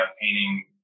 painting